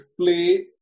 play